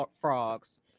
frogs